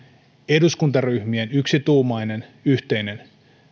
eduskuntaryhmien yksituumainen